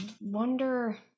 wonder